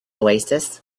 oasis